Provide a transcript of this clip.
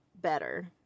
Better